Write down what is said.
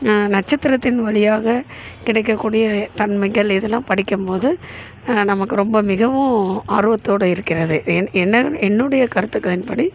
நட்சத்திரத்தின் வழியாக கிடைக்க கூடிய தன்மைகள் இதலாம் படிக்கும் போது நமக்கு ரொம்ப மிகவும் ஆர்வத்தோடு இருக்கிறது என் என்னுடைய கருத்துக்களின் படி